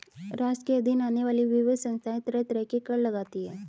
राष्ट्र के अधीन आने वाली विविध संस्थाएँ तरह तरह के कर लगातीं हैं